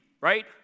right